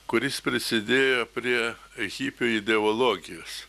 kuris prisidėjo prie hipių ideologijos